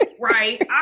right